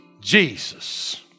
Jesus